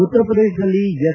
ಉತ್ತರ ಪ್ರದೇಶದಲ್ಲಿ ಎಸ್